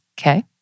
okay